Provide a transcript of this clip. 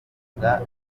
uvuga